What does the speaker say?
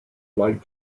liked